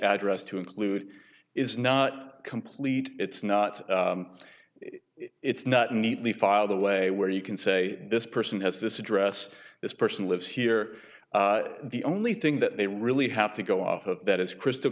address to include is not complete it's not it's not neatly filed the way where you can say this person has this address this person lives here the only thing that they really have to go off of that is crystal